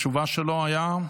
התשובה שלו הייתה: